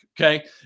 Okay